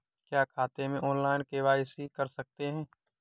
क्या खाते में ऑनलाइन के.वाई.सी कर सकते हैं?